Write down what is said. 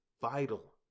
vital